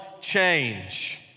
change